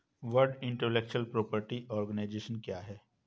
World intellectual property organisation क्या है?